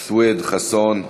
סויד, חסון,